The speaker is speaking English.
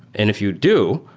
and if you do,